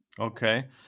Okay